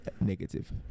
negative